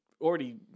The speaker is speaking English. already